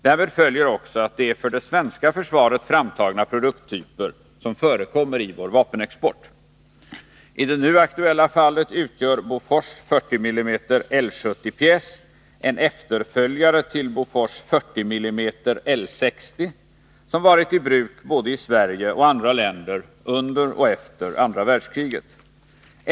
Därmed följer också att det är för det svenska försvaret framtagna produkttyper som förekommer i vår vapenexport. I det nu aktuella fallet utgör Bofors 40 mm L 60, som varit i bruk både i Sverige och i andra länder under och efter andra världskriget.